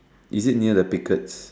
is it near the piglets